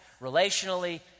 relationally